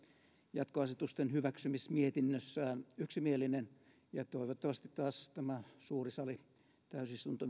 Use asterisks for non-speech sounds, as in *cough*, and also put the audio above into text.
jatkoasetusten hyväksymismietinnössään yksimielinen ja toivottavasti myöskin tämä suuri sali täysistunto *unintelligible*